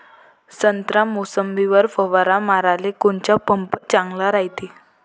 संत्रा, मोसंबीवर फवारा माराले कोनचा पंप चांगला रायते?